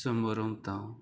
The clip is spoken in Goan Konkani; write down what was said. शंबरुमता